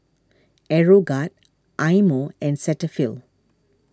Aeroguard Eye Mo and Cetaphil